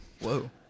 Whoa